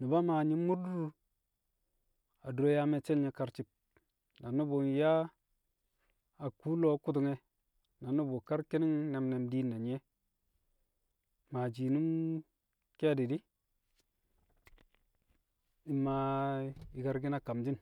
Nu̱ba Maa nyi̱ mu̱r- dur adure yaa me̱cce̱l nye̱ karci̱b, na nu̱bu̱ nyaa a kuu- lo̱o̱ ku̱tu̱ng e̱ na nu̱bu̱ kar ki̱ni̱ng ne̱m ne̱m diin na nyi̱ e̱, maa shiinum ke̱e̱di̱ di̱ mmaa yi̱karki̱n a kamshi̱n.